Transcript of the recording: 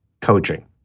coaching